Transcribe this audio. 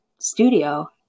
studio